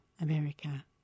America